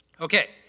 okay